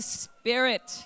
spirit